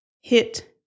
hit